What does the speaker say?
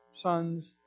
sons